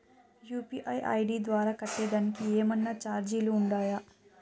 UPI ID ద్వారా కట్టేదానికి ఏమన్నా చార్జీలు ఉండాయా?